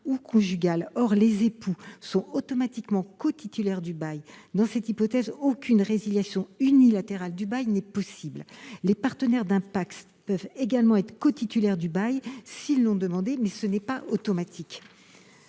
ou conjugal ». Or les époux sont automatiquement cotitulaires du bail : dans cette hypothèse, aucune résiliation unilatérale du bail n'est possible. Les partenaires d'un PACS peuvent également être cotitulaires du bail, s'ils l'ont demandé, mais cela n'est pas automatique.